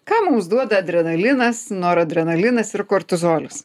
ką mums duoda adrenalinas noradrenalinas ir kortizolis